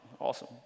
Awesome